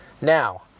Now